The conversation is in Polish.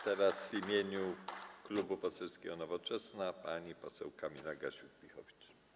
Teraz w imieniu Klubu Poselskiego Nowoczesna pani poseł Kamila Gasiuk-Pihowicz.